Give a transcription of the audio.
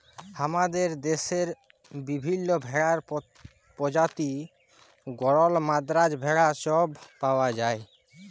হামাদের দশেত বিভিল্য ভেড়ার প্রজাতি গরল, মাদ্রাজ ভেড়া সব পাওয়া যায়